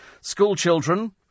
Schoolchildren